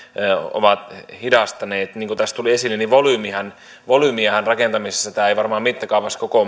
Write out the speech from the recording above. ovat hidastaneet niin kuin tässä tuli esille rakentamisen volyymiahan tämä ei varmasti koko